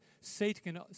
Satan